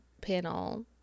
panel